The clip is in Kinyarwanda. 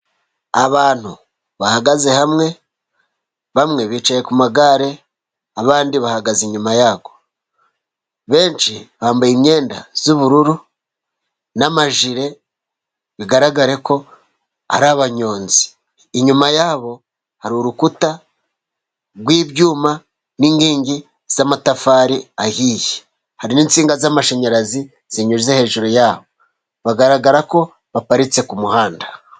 Abantu bahagaze hamwe, bamwe bicaye ku magare, abandi bahagaze inyuma yabo, benshi bambaye imyenda y'ubururu n'amajire bigaragara ko ari abanyonzi. Inyuma yabo hari urukuta rw'ibyuma n'inkingi z'amatafari ahiye, hari n'insinga z'amashanyarazi zinyuze hejuru yabo, bigaragara ko baparitse ku muhanda.